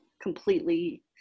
completely